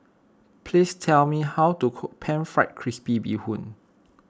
please tell me how to cook Pan Fried Crispy Bee Hoon